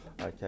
Okay